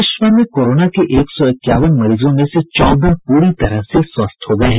देश भर में कोरोना के एक सौ इक्यावन मरीजों में से चौदह पूरी तरह से स्वस्थ हो गये हैं